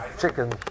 chicken